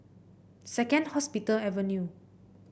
Second Hospital Avenue